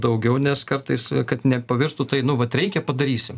daugiau nes kartais kad nepavirstų tai nu vat reikia padarysim